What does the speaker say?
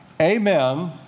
Amen